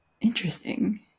interesting